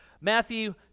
Matthew